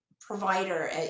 provider